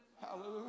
Hallelujah